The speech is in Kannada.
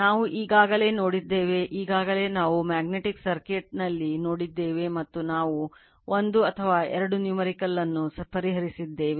ನಾವು ಈಗಾಗಲೇ ನೋಡಿದ್ದೇವೆ ಈಗಾಗಲೇ ನಾವು magnetic circuit ಯನ್ನು ಪರಿಹರಿಸಿದ್ದೇವೆ